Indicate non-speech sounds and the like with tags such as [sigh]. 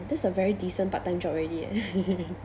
this is a very decent part time job already eh [laughs]